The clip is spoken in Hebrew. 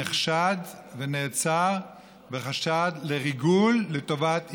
נחשד ונעצר בחשד לריגול לטובת איראן.